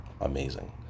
amazing